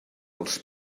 els